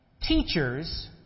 Teachers